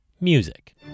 music